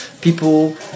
people